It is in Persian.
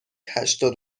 هشتاد